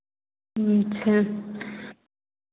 अच्छा